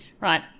Right